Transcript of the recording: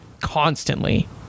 constantly